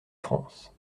france